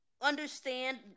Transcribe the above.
understand